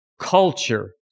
culture